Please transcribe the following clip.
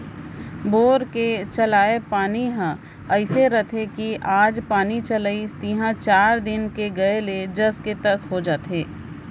bore के चलाय पानी ह अइसे रथे कि आज पानी चलाइस तिहॉं चार दिन के गए ले जस के तस हो जाथे